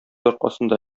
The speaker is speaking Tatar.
аркасында